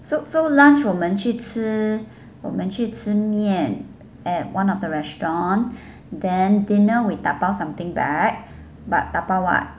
so so lunch 我们去吃我们去吃面 at one of the restaurant then dinner we tapao something back but tapao [what]